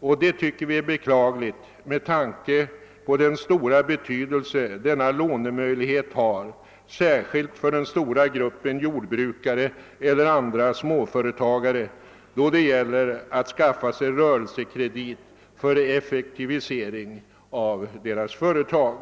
och det tycker vi är beklagligt med tanke på den stora betydeise som denna lånemöjlighet har, särskilt för den stora gruppen jordbrukare eller andra småföretagare, då de skall skaffa sig rörelsekredit för effektivisering av sina företag.